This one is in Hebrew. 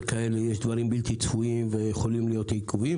כאלה יש דברים בלתי צפויים ויכולים להיות עיכובים,